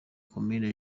komine